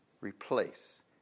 replace